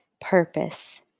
purpose